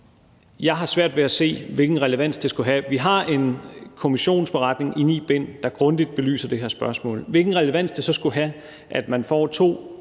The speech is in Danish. jeg har svært ved at se, hvilken relevans det skulle have. Vi har en kommissionsberetning i ni bind, der grundigt belyser det her spørgsmål. Hvilken relevans det så skulle have, at man får to